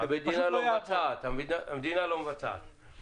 המדינה לא מבצעת.